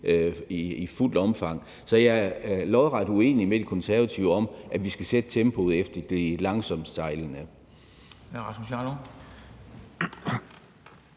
i fuldt omfang. Så jeg er lodret uenig med De Konservative i, at vi skal sætte tempoet efter de langsomst sejlende.